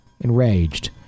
enraged